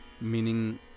meaning